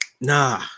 nah